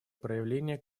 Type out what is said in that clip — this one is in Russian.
проявление